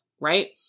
Right